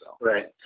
Right